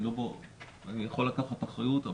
אני יכול לקחת אחריות,